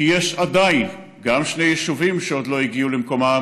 כי יש עדיין גם שני יישובים שעוד לא הגיעו למקומם